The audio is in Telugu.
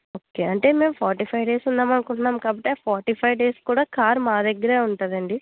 ఓకే అంటే మేము ఫార్టీ ఫైవ్ డేస్ ఉందాం అనుకుంటున్నాం కాబట్టి ఆ ఫార్టీ ఫైవ్ డేస్ కూడా కార్ మా దగ్గరే ఉంటదండి